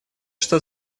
что